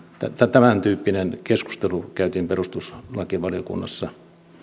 tämäntyyppinen keskustelu käytiin perustuslakivaliokunnassa